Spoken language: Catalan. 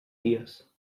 dies